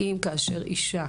האם כאשר אישה